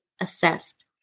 assessed